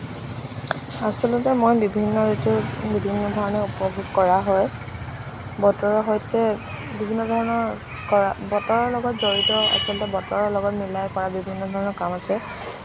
আচলতে মই বিভিন্ন ঋতু বিভিন্ন ধৰণে উপভোগ কৰা হয় বতৰৰ সৈতে বিভিন্ন ধৰণৰ কৰা বতৰৰ লগত জড়িত আচলতে বতৰৰ লগত মিলাই কৰা বিভিন্ন ধৰণৰ কাম আছে